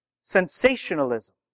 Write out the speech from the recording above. sensationalism